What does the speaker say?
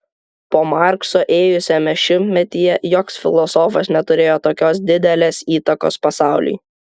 po markso ėjusiame šimtmetyje joks filosofas neturėjo tokios didelės įtakos pasauliui